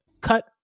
cut